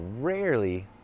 rarely